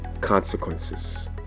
consequences